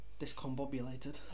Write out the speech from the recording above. discombobulated